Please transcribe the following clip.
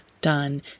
done